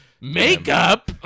Makeup